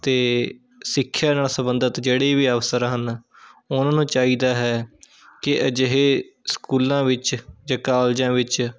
ਅਤੇ ਸਿੱਖਿਆ ਨਾਲ਼ ਸੰਬੰਧਿਤ ਜਿਹੜੇ ਵੀ ਅਫ਼ਸਰ ਹਨ ਉਹਨਾਂ ਨੂੰ ਚਾਹੀਦਾ ਹੈ ਕਿ ਅਜਿਹੇ ਸਕੂਲਾਂ ਵਿੱਚ ਜਾਂ ਕਾਲਜਾਂ ਵਿੱਚ